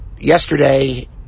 Yesterday